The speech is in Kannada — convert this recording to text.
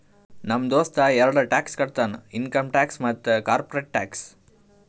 ನಮ್ ದೋಸ್ತ ಎರಡ ಟ್ಯಾಕ್ಸ್ ಕಟ್ತಾನ್ ಇನ್ಕಮ್ ಮತ್ತ ಕಾರ್ಪೊರೇಟ್ ಟ್ಯಾಕ್ಸ್